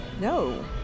No